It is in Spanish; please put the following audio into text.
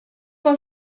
con